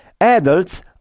Adults